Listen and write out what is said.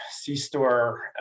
C-store